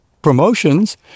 promotions